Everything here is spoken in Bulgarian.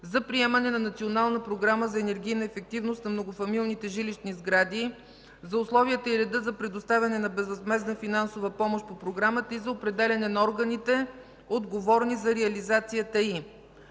ефективност на многофамилните жилищни сгради, за условията и реда за предоставяне на безвъзмездна финансова помощ по програмата и за определяне на органите, отговорни за реализацията й.